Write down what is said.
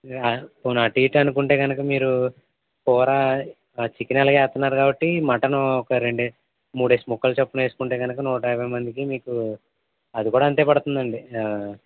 పోనీ అటు ఇటు అనుకుంటే గనక మీరు కూరా చికెన్ ఎలాగూ వేస్తున్నారు కాబట్టి మటనూ ఒక రెండేసి మూడేసి ముక్కలు చొప్పున ఏసుకుంటే గనక నూట యాభై మందికి మీకు అది కూడా అంతే పడుతుందండి